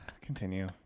Continue